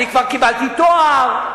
כבר קיבלתי תואר,